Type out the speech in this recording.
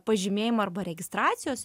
pažymėjimo arba registracijos